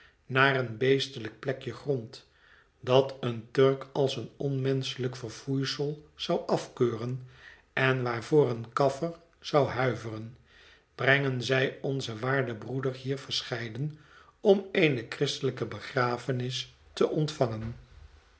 naar een beestelijk plekje grond dat een turk als een onmenschelijk verfoeisel zou afkeuren en waarvooreen kaffer zou huiveren brengen zij onzen waarden broeder hier verscheiden om eene christelijke begrafenis te ontvangen